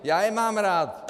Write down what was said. Já je mám rád.